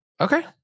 Okay